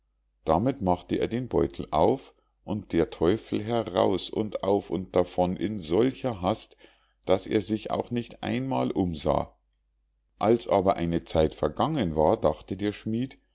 damit machte er den beutel auf und der teufel heraus und auf und davon in solcher hast daß er sich auch nicht einmal umsah als aber eine zeit vergangen war dachte der schmied